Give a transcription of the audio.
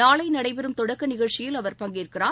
நாளைபெறும் தொடக்கநிகழ்ச்சியில் அவர் பங்கேற்கிறார்